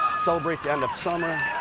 celebrate the end of summer.